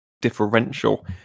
differential